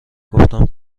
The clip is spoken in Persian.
گفتم